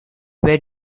where